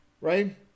right